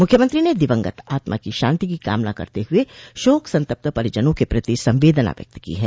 मुख्यमंत्री ने दिवंगत आत्मा की शांति की कामना करते हुए शोक संतप्त परिजनों के प्रति संवेदना व्यक्त की है